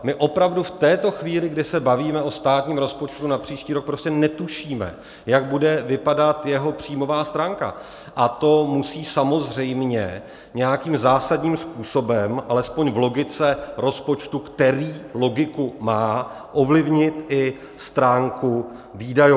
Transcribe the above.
My opravdu v této chvíli, kdy se bavíme o státním rozpočtu na příští rok, prostě netušíme, jak bude vypadat jeho příjmová stránka, a to musí samozřejmě nějakým zásadním způsobem, alespoň v logice rozpočtu, který logiku má, ovlivnit i stránku výdajovou.